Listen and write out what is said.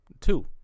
Two